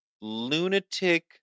lunatic